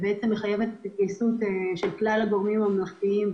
שמחייבת התגייסות של כלל הגורמים הממלכתיים,